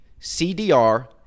CDR